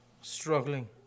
struggling